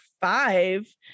five